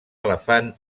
elefant